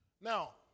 Now